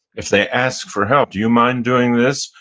if they ask for help, do you mind doing this?